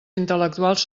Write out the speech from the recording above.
intel·lectuals